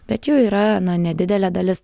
bet jų yra na nedidelė dalis